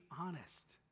honest